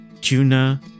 tuna